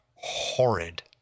horrid